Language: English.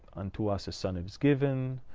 unto us, a son is given,